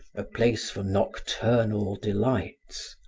a place for nocturnal delights,